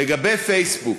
לגבי פייסבוק,